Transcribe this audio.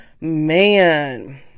Man